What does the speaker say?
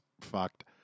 fucked